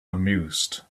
amused